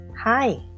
Hi